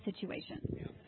situation